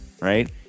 right